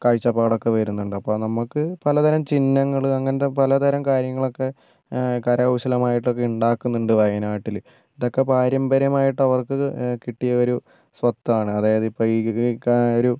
കാഴ്ച്ചപ്പാടൊക്കെ വരുന്നുണ്ട് അപ്പോൾ നമുക്ക് പല തരം ചിഹ്നങ്ങൾ അങ്ങനത്തെ പല തരം കാര്യങ്ങളൊക്കെ കരകൗശലമായിട്ടൊക്കെ ഉണ്ടാക്കുന്നുണ്ട് വയനാട്ടിൽ ഇതൊക്കെ പാരമ്പര്യമായിട്ട് അവർക്ക് കിട്ടിയ ഒരു സ്വത്താണ് അതായത് ഇപ്പം ഒരു